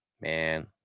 man